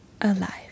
alive